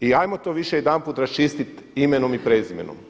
I 'ajmo to više jedanput raščistiti imenom i prezimenom.